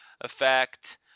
effect